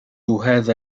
هذا